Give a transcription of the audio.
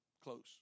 Close